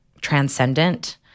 transcendent